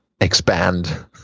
expand